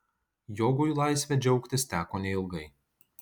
jogui laisve džiaugtis teko neilgai